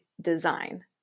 design